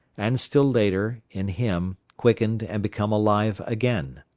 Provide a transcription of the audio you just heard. and still later, in him, quickened and become alive again.